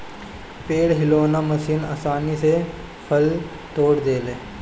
पेड़ हिलौना मशीन आसानी से फल तोड़ देले